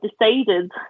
decided